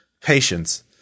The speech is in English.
patience